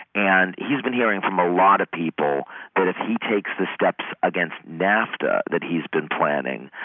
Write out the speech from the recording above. and he's been hearing from a lot of people that if he takes the steps against nafta that he's been planning,